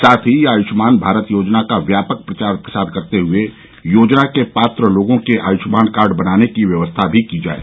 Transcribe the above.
साथ ही आयुष्मान भारत योजना का व्यापक प्रचार प्रसार करते हुए योजना के पात्र लोगों के आयुष्मान कार्ड बनाने की व्यवस्था भी की जाये